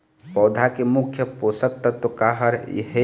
पौधा के मुख्य पोषकतत्व का हर हे?